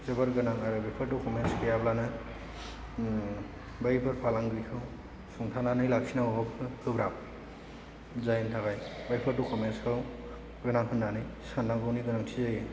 जोबोर गोनां आरो बेफोर दकुमेन्टस गैयाब्लानो बैफोर फालांगिखौ सुंथानानै लाखिनांगौवा गोब्राब जायनि थाखाय बैफोर दकुमेन्टसखौ गोनां होननानै साननांगौनि गोनांथि जायो